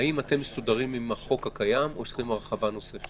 האם אתם מסודרים עם החוק הקיים או שאתם צריכים הרחבה נוספת?